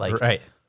Right